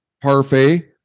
parfait